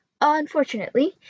Unfortunately